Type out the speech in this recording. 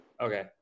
Okay